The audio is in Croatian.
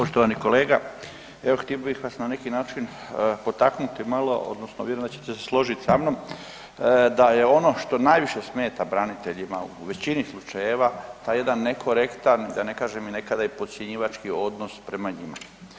Poštovani kolega evo htio bih vas na neki način potaknuti malo odnosno vjerujem da ćete se složiti sa mnom da je ono što najviše smeta braniteljima u veći slučajeva taj jedan nekorektan da ne kažem i nekada i podcjenjivački odnos prema njima.